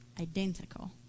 identical